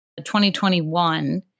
2021